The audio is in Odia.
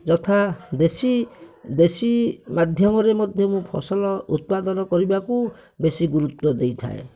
ଯଥା ବେଶି ବେଶି ମାଧ୍ୟମରେ ମଧ୍ୟ ମୁଁ ଫସଲ ଉତ୍ପାଦନ କରିବାକୁ ବେଶି ଗୁରୁତ୍ୱ ଦେଇଥାଏ